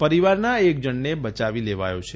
પરિવારના એક જણને બયાવી લેવાયો છે